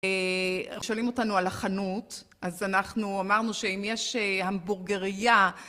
שואלים אותנו על החנות, אז אנחנו אמרנו שאם יש המבורגריה